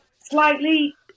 slightly